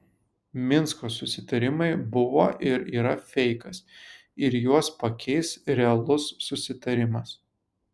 minsko susitarimai buvo ir yra feikas ir juos pakeis realus susitarimas